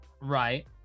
Right